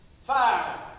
Fire